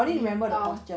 你懂